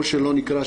או שלא נקרא,